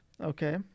Okay